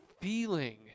feeling